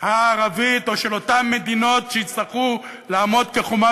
הערבית או של אותן מדינות שיצטרכו לעמוד כחומה